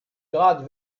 grad